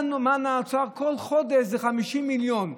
מה נעשה, כל חודש זה 50 מיליון.